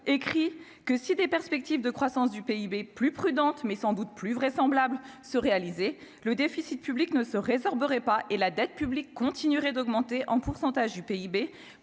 écrit que si des perspectives de croissance du PIB plus prudente mais sans doute plus vraisemblable se réaliser le déficit public ne se résorberait pas et la dette publique continuerait d'augmenter, en pourcentage du PIB,